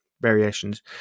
variations